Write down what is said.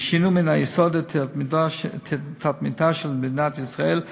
ושינו מן היסוד את תדמיתה של מדינת ישראל,